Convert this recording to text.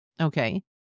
Okay